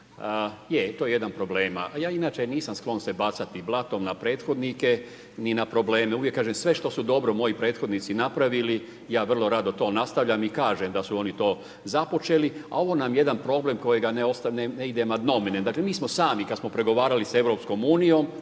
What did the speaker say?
Je, to je jedan od problema, a ja inače nisam sklon se bacati blatom na prethodnike ni na probleme. Uvijek kažem, sve što su dobro moji prethodnici napravili, ja vrlo rado to nastavljam i kažem da su oni to započeli, a ovo nam je jedan problem kojega …/Govornik se ne razumije./… dakle mi smo sami kad smo pregovarali sa EU-om,